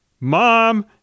mom